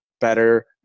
better